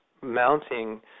mounting